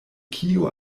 kio